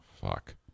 fuck